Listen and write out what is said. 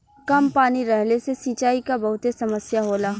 कम पानी रहले से सिंचाई क बहुते समस्या होला